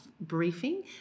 briefing